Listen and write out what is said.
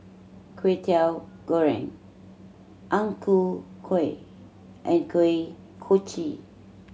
Kwetiau Goreng Ang Ku Kueh and Kuih Kochi